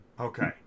okay